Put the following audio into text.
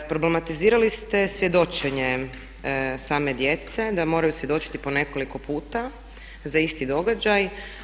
Isproblematizirali ste svjedočenje same djece da moraju svjedočiti po nekoliko puta za isti događaj.